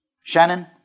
Shannon